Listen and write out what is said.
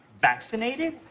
vaccinated